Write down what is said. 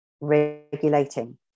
regulating